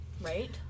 right